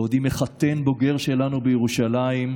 בעודי מחתן בוגר שלנו בירושלים,